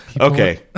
Okay